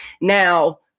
now